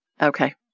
Okay